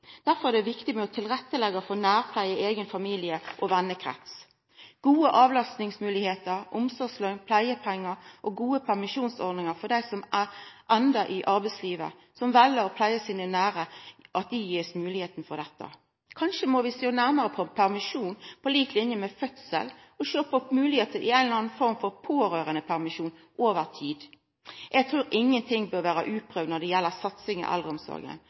Derfor er det viktig å leggja til rette for nærpleie i eigen familie og vennekrets; med gode avlastningsmoglegheiter, omsorgsløn, pleiepengar og gode permisjonsordningar for dei som enno er i arbeidslivet, og som vel å pleia sine nære – det at dei blir gitt mulegheiter for det. Kanskje må vi over tid sjå nærare på permisjon på lik linje som ved fødsel og sjå på moglegheiter med ei eller anna form for pårørandepermisjon over tid. Eg trur ikkje noko må vera uprøvd når det gjeld satsinga i eldreomsorga